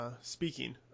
speaking